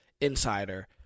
insider